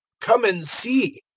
come and see,